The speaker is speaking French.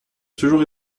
toujours